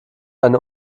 eine